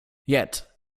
yet